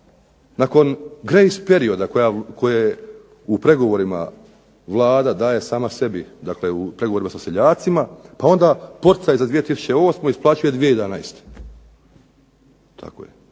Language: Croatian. nakon grace perioda koje u pregovorima Vlada daje sama sebi, dakle u pregovorima sa seljacima. Pa onda poticaje za 2008. isplaćuje 2011. Tako je